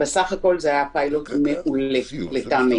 בסך הכול זה היה פיילוט מעולה לטעמנו.